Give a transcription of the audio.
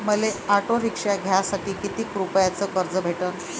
मले auto rickshaw घ्यासाठी कितीक रुपयाच कर्ज भेटनं?